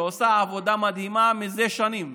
שעושה עבודה מדהימה זה שנים,